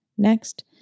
Next